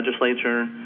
legislature